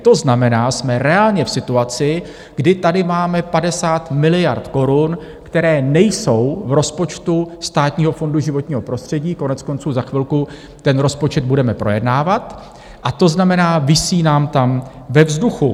To znamená, jsme reálně v situaci, kdy tady máme 50 miliard korun, které nejsou v rozpočtu Státního fondu životního prostředí, koneckonců za chvilku ten rozpočet budeme projednávat, a to znamená, visí nám tam ve vzduchu.